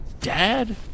dad